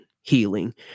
healing